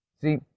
See